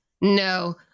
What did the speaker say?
no